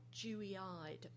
dewy-eyed